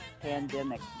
pandemic